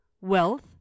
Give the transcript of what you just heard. wealth